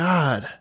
God